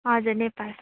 हजुर नेपाल